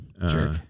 Jerk